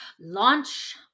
Launch